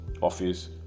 office